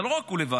זה לא רק הוא לבד,